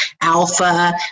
alpha